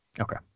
Okay